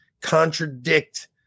contradict